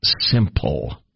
simple